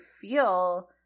feel